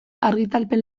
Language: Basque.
argitalpen